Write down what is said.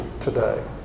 today